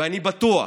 ואני בטוח